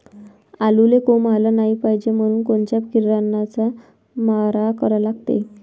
आलूले कोंब आलं नाई पायजे म्हनून कोनच्या किरनाचा मारा करा लागते?